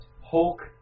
Hulk